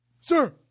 Sir